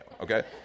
okay